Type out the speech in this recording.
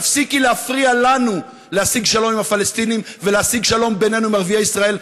תפסיקי להפריע לנו להשיג שלום עם הפלסטינים ועם ערביי ישראל.